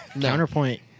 Counterpoint